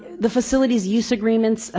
the facilities use agreements,